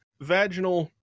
vaginal